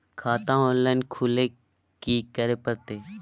खाता ऑनलाइन खुले ल की करे परतै?